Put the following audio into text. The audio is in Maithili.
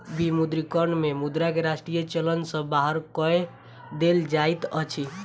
विमुद्रीकरण में मुद्रा के राष्ट्रीय चलन सॅ बाहर कय देल जाइत अछि